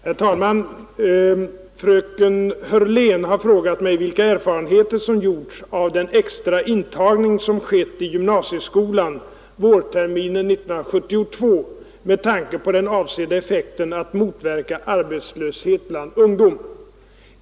Herr talman! Fröken Hörlén har frågat mig vilka erfarenheter som gjorts av den extra intagningen som skett i gymnasieskolan vårterminen 1972 med tanke på den avsedda effekten att motverka arbetslösheten bland ungdom.